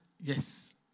Yes